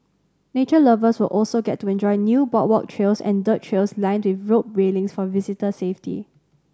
nature lovers will also get to enjoy new boardwalk trails and dirt trails lined with rope railings for visitor safety